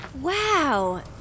Wow